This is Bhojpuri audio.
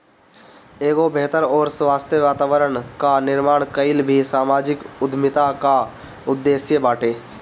एगो बेहतर अउरी स्वस्थ्य वातावरण कअ निर्माण कईल भी समाजिक उद्यमिता कअ उद्देश्य बाटे